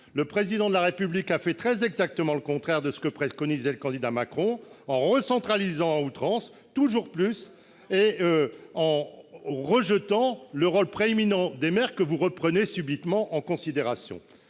le Président de la République fait très exactement le contraire de ce que préconisait le candidat Macron, en recentralisant à outrance et toujours plus, en rejetant le rôle prééminent des maires, que vous prenez subitement en considération